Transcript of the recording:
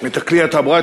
את כלי התעבורה,